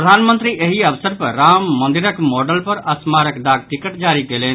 प्रधानमंत्री एहि अवसर पर राम मंदिरक मॉडल पर स्मारक डाक टिकट जारी कयलनि